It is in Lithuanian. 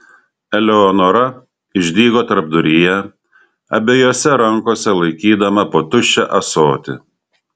eleonora išdygo tarpduryje abiejose rankose laikydama po tuščią ąsotį